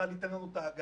צה"ל ייתן לנו את ההגנה,